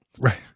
Right